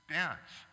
dance